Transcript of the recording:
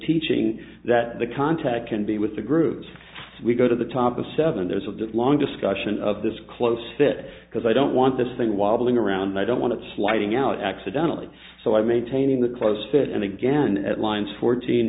teaching that the contact can be with the groups we go to the top of seven there's a long discussion of this close fit because i don't want this thing while going around i don't want to sliding out accidentally so i maintaining the clothes fit and again at lines fourteen